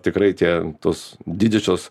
tikrai tie tos didžiosios